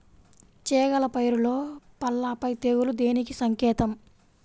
చేగల పైరులో పల్లాపై తెగులు దేనికి సంకేతం?